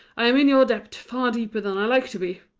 i am in your debt far deeper than i like to be!